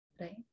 Right